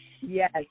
Yes